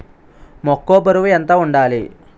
మొక్కొ బరువు ఎంత వుండాలి?